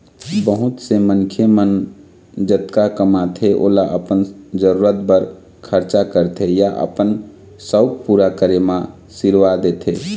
बहुत से मनखे मन जतका कमाथे ओला अपन जरूरत बर खरचा करथे या अपन सउख पूरा करे म सिरवा देथे